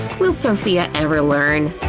will sophia ever learn?